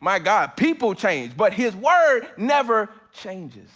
my god, people change, but his word never changes.